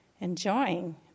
enjoying